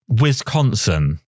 Wisconsin